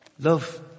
Love